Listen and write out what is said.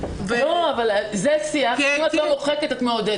את לא מוחקת, את מעודדת.